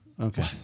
okay